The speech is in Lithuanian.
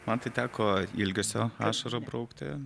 man tai teko ilgesio ašarą braukti